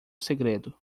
segredo